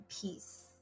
peace